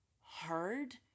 hard